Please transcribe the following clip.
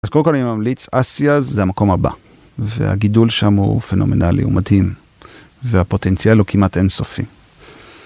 אז קודם כל אני ממליץ, אסיה זה המקום הבא והגידול שם הוא פנומנלי ומתאים והפוטנציאל הוא כמעט אינסופי.